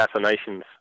assassinations